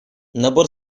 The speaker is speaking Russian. набор